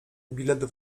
bilet